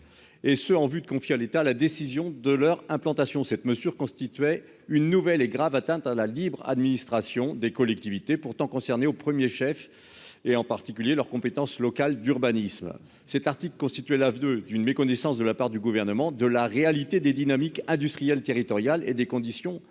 Et ce, en vue de confier à l'État la décision de leur implantation. Cette mesure constituait une nouvelle et grave atteinte à la libre administration des collectivités pourtant concernés au 1er chef et en particulier leurs compétences local d'urbanisme. Cet article constituait lave de d'une méconnaissance de la part du gouvernement de la réalité des dynamiques industrielles territoriale et des conditions